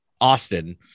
Austin